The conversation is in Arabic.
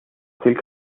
تلك